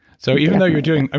so even though you're doing.